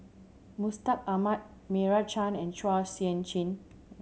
Mustaq Ahmad Meira Chand and Chua Sian Chin